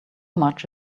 much